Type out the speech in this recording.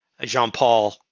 Jean-Paul